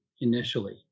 initially